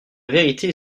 vérité